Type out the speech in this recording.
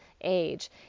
age